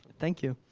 thank you.